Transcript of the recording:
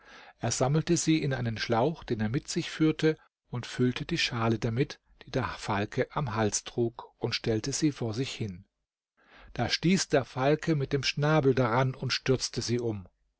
er sammelte sie in einen schlauch den er mit sich führte und füllte die schale damit die der falke am hals trug und stellte sie vor sich hin da stieß der falke mit dem schnabel daran und stürzte sie um